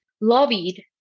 lobbied